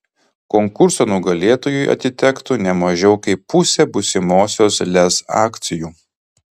konkurso nugalėtojui atitektų ne mažiau kaip pusė būsimosios lez akcijų